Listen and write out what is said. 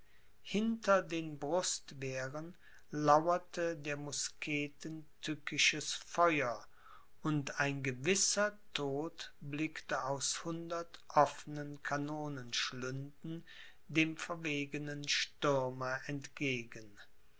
hinter den brustwehren lauerte der musketen tückisches feuer und ein gewisser tod blickte aus hundert offnen kanonenschlünden dem verwegenen stürmer entgegen